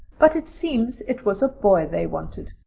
but it seems it was a boy they wanted.